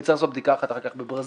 וצריך לעשות בדיקה אחת אחר כך בברזיל,